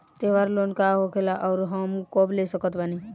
त्योहार लोन का होखेला आउर कब हम ले सकत बानी?